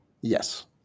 Yes